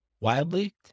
Wildly